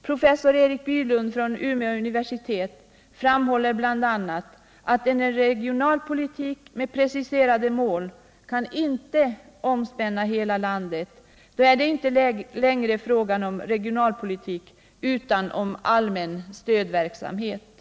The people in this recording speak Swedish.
Professor Erik Bylund från Umeå universitet framhåller bl.a. att en regionalpolitik med preciserade mål inte kan omspänna hela landet — då är det inte längre fråga om regionalpolitik utan om allmän stödverksamhet.